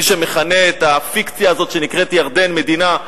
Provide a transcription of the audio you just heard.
מי שמכנה את הפיקציה הזאת שנקראת ירדן מדינה,